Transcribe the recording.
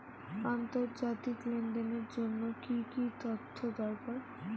আন্তর্জাতিক লেনদেনের জন্য কি কি তথ্য দরকার?